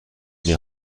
mir